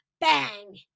bang